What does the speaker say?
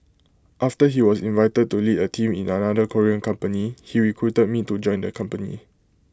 after he was invited to lead A team in another Korean company he recruited me to join the company